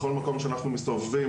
בכל מקום שאנחנו מסתובבים,